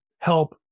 help